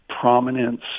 prominence